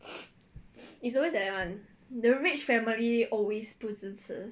it's always like that [one]